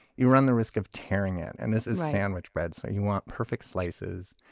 you run the risk of tearing it. and this is sandwich bread, so you want perfect slices.